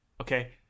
Okay